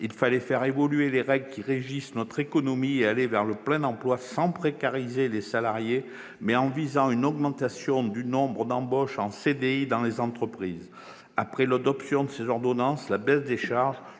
il fallait faire évoluer les règles qui régissent notre économie pour aller vers le plein-emploi, sans précariser les salariés, mais en visant une augmentation du nombre d'embauches en CDI dans les entreprises. Après l'adoption de ces ordonnances et la baisse des charges,